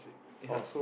ya